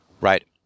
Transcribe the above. right